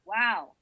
wow